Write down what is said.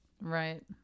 Right